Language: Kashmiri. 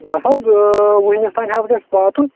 بَس حظ اۭں وُہمِس تانۍ حظ گَژھِ واتُن